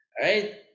right